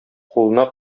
кулына